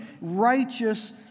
righteous